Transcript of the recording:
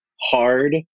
hard